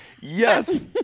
Yes